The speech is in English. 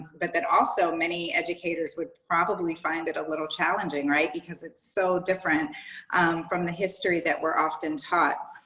but that also many educators would probably find it a little challenging right? because it's so different from the history that we're often taught.